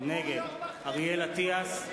נגד אריאל אטיאס,